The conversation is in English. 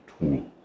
tool